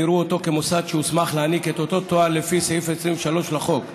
יראו אותו כמוסד שהוסמך להעניק את אותו תואר לפי סעיף 23 לחוק.